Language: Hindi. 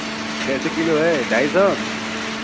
कैसे किलो है ढाई सौ